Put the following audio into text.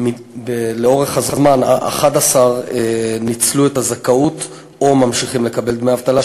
לאורך הזמן 11 ניצלו את הזכאות או ממשיכים לקבל דמי אבטלה,